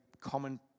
common